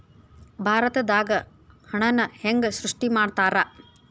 ಭಾರತದಾಗ ಹಣನ ಹೆಂಗ ಸೃಷ್ಟಿ ಮಾಡ್ತಾರಾ